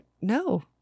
No